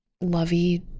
lovey